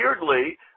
weirdly